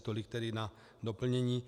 Tolik tedy na doplnění.